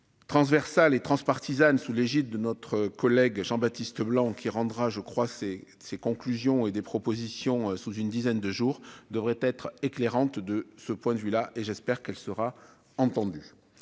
transversales et transpartisane sous l'égide de notre collègue Jean-Baptiste Leblanc qui rendra je crois, c'est ses conclusions et des propositions sous une dizaine de jours devraient être éclairante de ce point de vue là et j'espère qu'elle sera entendue,